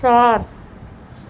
چار